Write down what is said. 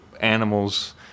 animals